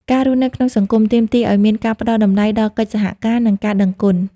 ការរស់នៅក្នុងសង្គម ទាមទារឱ្យមានការផ្ដល់តម្លៃដល់កិច្ចសហការ និងការដឹងគុណ។